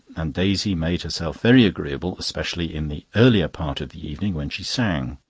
and daisy made herself very agreeable, especially in the earlier part of the evening, when she sang.